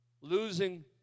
Losing